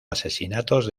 asesinatos